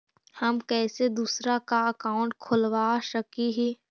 हम कैसे दूसरा का अकाउंट खोलबा सकी ही?